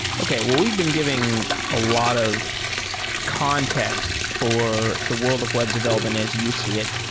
okay. well, we've been giving a lot of context for the world of web development as you see it.